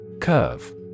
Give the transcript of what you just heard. curve